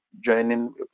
joining